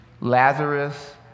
Lazarus